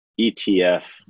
ETF